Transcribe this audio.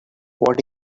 what